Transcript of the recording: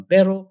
Pero